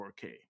4K